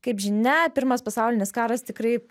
kaip žinia pirmas pasaulinis karas tikrai